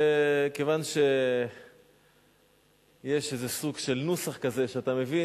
וכיוון שיש איזה סוג של נוסח כזה שאתה מבין